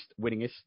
winningest